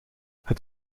het